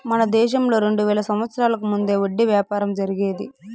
మన దేశంలో రెండు వేల సంవత్సరాలకు ముందే వడ్డీ వ్యాపారం జరిగేది